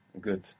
Good